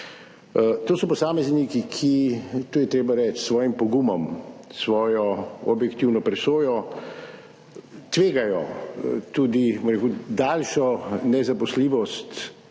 To so posamezniki, ki, to je treba reči, s svojim pogumom, s svojo objektivno presojo tvegajo tudi daljšo nezaposljivost,